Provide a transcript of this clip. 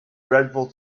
dreadful